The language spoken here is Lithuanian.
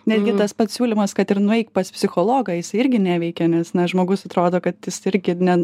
netgi tas pats siūlymas kad ir nueik pas psichologą jisai irgi neveikia nes na žmogus atrodo kad jis irgi ne